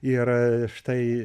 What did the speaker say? ir štai